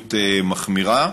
מדיניות מחמירה,